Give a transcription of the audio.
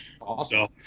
awesome